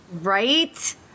Right